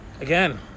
Again